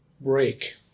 break